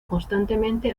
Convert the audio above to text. constantemente